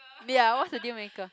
ya what's the deal maker